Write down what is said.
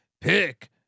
Pick